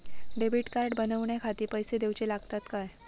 Debit card बनवण्याखाती पैसे दिऊचे लागतात काय?